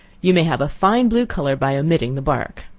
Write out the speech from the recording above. you may have a fine blue color by omitting the bark.